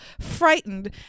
frightened